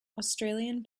australian